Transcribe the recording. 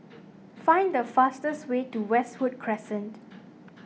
find the fastest way to Westwood Crescent